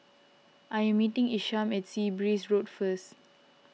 I am meeting Isham at Sea Breeze Road first